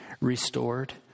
restored